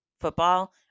football